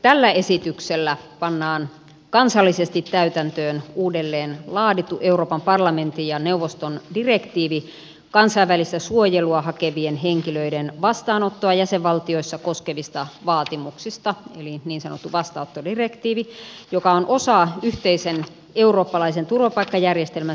tällä esityksellä pannaan kansallisesti täytäntöön uudelleen laadittu euroopan parlamentin ja neuvoston direktiivi kansainvälistä suojelua hakevien henkilöiden vastaanottoa jäsenvaltioissa koskevista vaatimuksista eli niin sanottu vastaanottodirektiivi joka on osa yhteisen eurooppalaisen turvapaikkajärjestelmän säädöskokonaisuutta